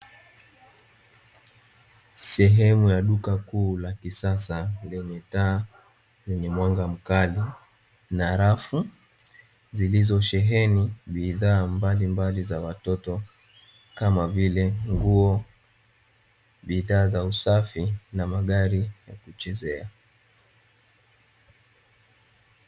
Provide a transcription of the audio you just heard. Sehemu ya duka kuu la kisasa lenye taa lenye mwanga mkali, na rafu zilizosheheni bidhaa mbalimbali za watoto kama vile: nguo, bidhaa za usafi na magari ya kuchezea.